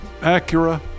Acura